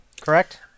correct